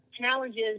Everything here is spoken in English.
challenges